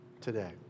today